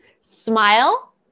smile